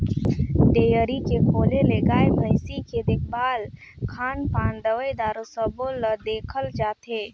dairy के खोले ले गाय, भइसी के देखभाल, खान पान, दवई दारू सबो ल देखल जाथे